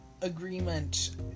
agreement